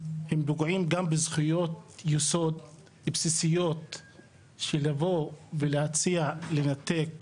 הם פוגעים גם בזכויות יסוד בסיסיות של לבוא ולהציע לנתק